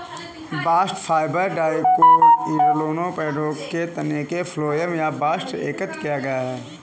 bast fibre dicotyledonous पौधों के तने के फ्लोएम या बस्ट से एकत्र किया गया है